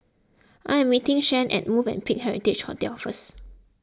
I am meeting Shianne at Movenpick Heritage Hotel first